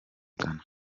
ghana